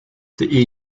the